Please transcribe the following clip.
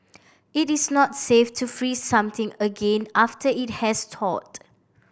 it is not safe to freeze something again after it has thawed